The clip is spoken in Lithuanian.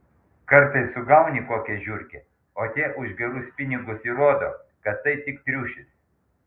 kartais sugauni kokią žiurkę o tie už gerus pinigus įrodo kad tai tik triušis